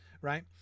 right